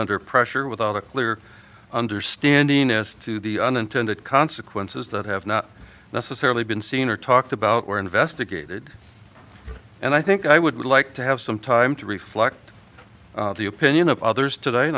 under pressure without a clear understanding as to the unintended consequences that have not necessarily been seen or talked about were investigated and i think i would like to have some time to reflect the opinion of others today